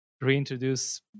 reintroduce